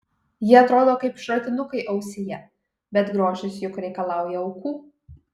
jie atrodo kaip šratinukai ausyje bet grožis juk reikalauja aukų